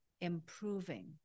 improving